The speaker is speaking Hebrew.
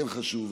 כן חשוב,